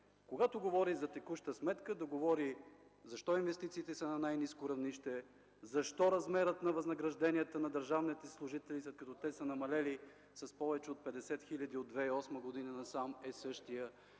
да говорят за текуща сметка, да говорят защо инвестициите са на най-ниско равнище, защо размерът на възнагражденията на държавните служители, след като те са намалели с повече от 50 хиляди от 2008 г. насам, е същият,